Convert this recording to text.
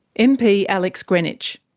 mp alex greenwich.